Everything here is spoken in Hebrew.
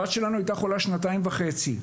הבת שלנו הייתה חולה שנתיים וחצי.